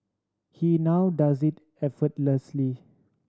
he now does it effortlessly